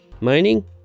mining